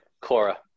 Cora